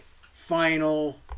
final